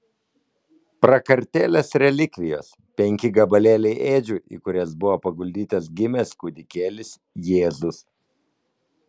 prakartėlės relikvijos penki gabalėliai ėdžių į kurias buvo paguldytas gimęs kūdikėlis jėzus